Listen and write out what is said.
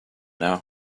now